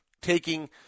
taking